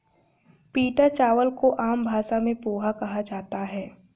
पीटा चावल को आम भाषा में पोहा कहा जाता है